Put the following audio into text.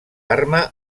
arma